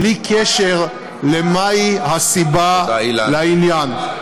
בלי קשר לסיבת העניין.